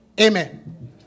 Amen